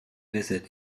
visit